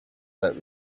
that